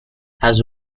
has